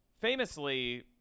famously